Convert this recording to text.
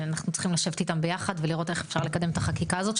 אנחנו צריכים לשבת איתם ביחד ולראות איך אפשר לקדם את החקיקה הזאת,